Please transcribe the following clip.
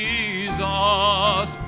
Jesus